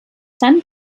dann